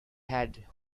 had